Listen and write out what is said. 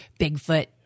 Bigfoot